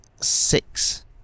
six